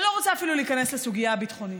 אני לא רוצה אפילו להיכנס לסוגיה הביטחונית,